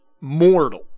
mortal